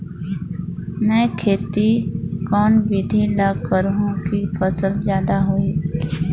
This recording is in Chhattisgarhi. मै खेती कोन बिधी ल करहु कि फसल जादा होही